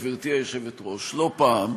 גברתי היושבת-ראש, לא פעם,